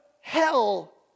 hell